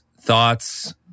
thoughts